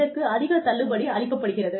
இதற்கு அதிக தள்ளுபடி அளிக்கப்படுகிறது